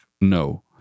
No